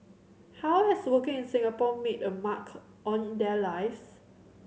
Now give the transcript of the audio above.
how has working in Singapore made a mark on their lives